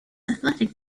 athletic